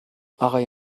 آقای